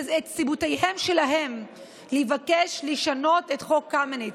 סיבותיהם שלהם לבקש לשנות את חוק קמיניץ,